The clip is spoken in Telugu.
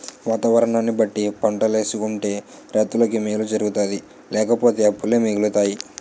వాతావరణాన్ని బట్టి పంటలేసుకుంటే రైతులకి మేలు జరుగుతాది లేపోతే అప్పులే మిగులుతాయి